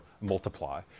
multiply